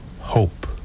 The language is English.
hope